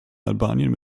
albanien